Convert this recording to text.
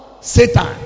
Satan